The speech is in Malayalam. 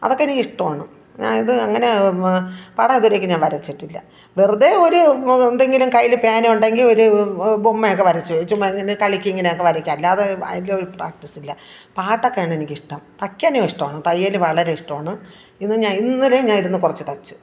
അതൊക്കെനിക്കിഷ്ടമാണ് ഞാനിത് അങ്ങനെ പടം ഇതുവരെയ്ക്കും ഞാന് വരച്ചിട്ടില്ല വെറുതെ ഒരു എന്തെങ്കിലും കയ്യിൽ പേനയുണ്ടെങ്കിൽ ഒരു ബൊമ്മയൊക്കെ വരച്ചു ചുമ്മാ ഇങ്ങനെ കളിക്കും ഇങ്ങനെയൊക്കെ വരയ്ക്കും അല്ലാതെ അതിലൊരു പ്രാക്ടീസില്ല പാട്ടൊക്കെയാണെനിക്കിഷ്ടം തയ്ക്കാനും ഇഷ്ടമാണ് തയ്യൽ വളരെ ഇഷ്ടമാണ് ഇന്ന് ഞാൻ ഇന്നലെയും ഞാൻ ഇരുന്ന് കുറച്ചു തയ്ച്ചു